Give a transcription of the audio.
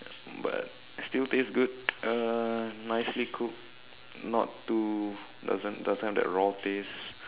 but still taste good uh nicely cooked not too doesn't doesn't have that raw taste